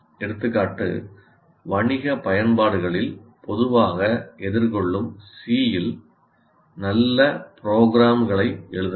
எடுத்துக்காட்டு "வணிக பயன்பாடுகளில் பொதுவாக எதிர்கொள்ளும் C இல் நல்ல ப்ரோக்ராம்களை எழுதுங்கள்